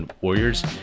Warriors